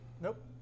nope